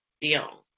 Dion